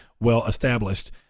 well-established